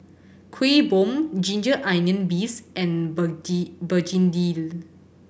Kuih Bom ginger onion beefs and begedil